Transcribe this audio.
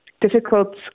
difficult